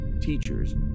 teachers